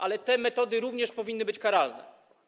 Ale te metody również powinny być karalne.